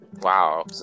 Wow